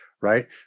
right